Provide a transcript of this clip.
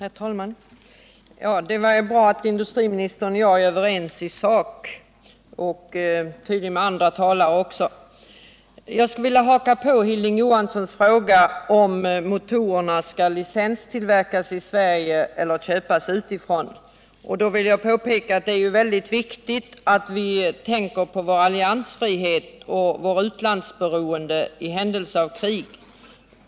Herr talman! Det är bra att industriministern och jag är överens i sak, tydligen med andra talare också. Jag skulle vilja haka på Hilding Johanssons fråga, om motorerna skall licenstillverkas i Sverige eller köpas utifrån. Det är ju väldigt viktigt att vi tänker på vår alliansfrihet och vårt utlandsberoende i händelse av krig.